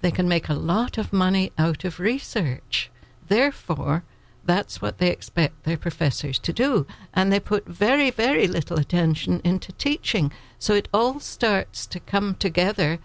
they can make a lot of money out of research therefore that's what they expect their professors to do and they put very very little attention into teaching so it all starts to come together